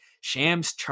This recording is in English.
Shams